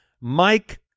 Mike